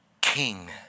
king